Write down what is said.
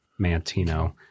Mantino